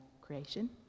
creation